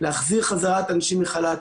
להחזיר חזרה את האנשים מחל"ת,